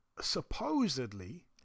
supposedly